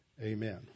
Amen